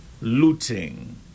Looting